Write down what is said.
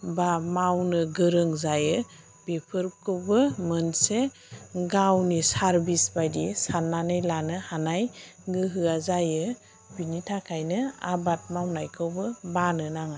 बा मावनो गोरों जायो बेफोरखौबो मोनसे गावनि सार्भिस बायदि साननानै लानो हानाय गोहोआ जायो बेनिथाखायनो आबाद मावनायखौबो बानो नाङा